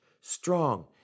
strong